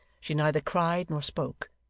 she neither cried nor spoke,